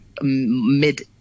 mid